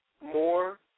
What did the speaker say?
more